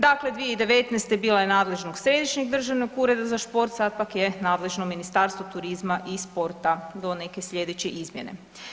Dakle, 2019. bila je u nadležnosti Središnjeg državnog ureda za sport sad pak je nadležno Ministarstvo turizma i sporta do neke sljedeće izmjene.